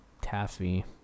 taffy